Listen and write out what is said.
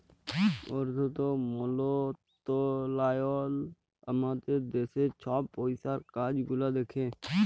অথ্থ মলত্রলালয় আমাদের দ্যাশের ছব পইসার কাজ গুলা দ্যাখে